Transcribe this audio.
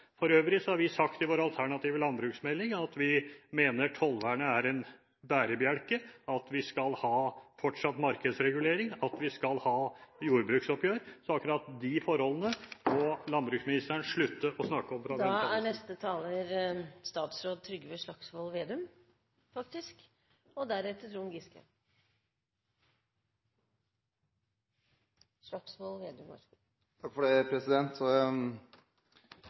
For øvrig har vi sagt i vår alternative landbruksmelding at vi mener tollvernet er en bærebjelke, at vi fortsatt skal ha markedsregulering, og at vi skal ha jordbruksoppgjør, så akkurat de forholdene må landbruksministeren slutte å snakke om fra denne talerstolen. Jeg må kommentere representanten Torgeir Trældal, som hadde valgt å bruke veldig sterke ord, men, slik jeg ser det,